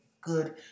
good